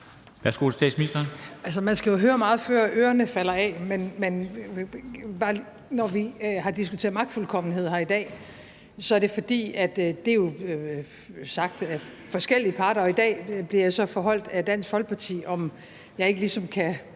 (Mette Frederiksen): Man skal jo høre meget, før ørerne falder af, men når vi har diskuteret magtfuldkommenhed her i dag, er det, fordi det er sagt af forskellige parter, og i dag bliver jeg så af Dansk Folkeparti foreholdt, om jeg ikke ligesom kan